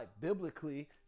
biblically